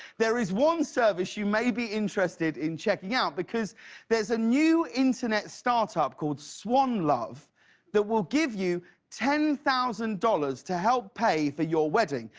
there is one service you may be interested in checking out. because there's a new internet start-up called swanluv that will give you ten thousand dollars to help pay for your wedding.